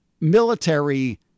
military